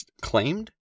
claimed